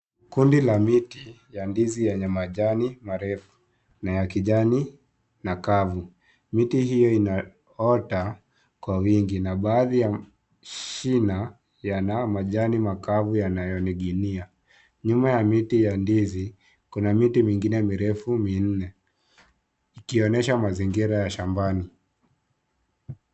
Kundi la miti ya ndizi yenye majani marefu na ya kijani makavu. Miti hiyo inaota kwa wingi na baadhi ya shina yana majani makavu yanayoninginia. Nyuma ya miti ya ndizi kuna miti mingine mirefu minne ikionyesha mazingira ya shambani.